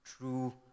True